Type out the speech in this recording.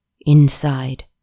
inside